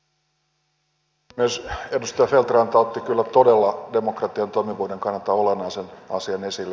edustaja feldt ranta otti kyllä todella demokratian toimivuuden kannalta olennaisen asian esille